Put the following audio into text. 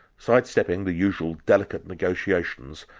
side-stepping the usual delicate negotiations,